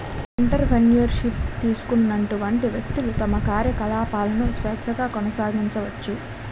entrepreneur ship తీసుకున్నటువంటి వ్యక్తులు తమ కార్యకలాపాలను స్వేచ్ఛగా కొనసాగించుకోవచ్చు